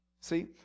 See